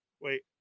Wait